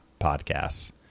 podcasts